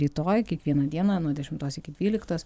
rytoj kiekvieną dieną nuo dešimtos iki dvyliktos